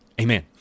amen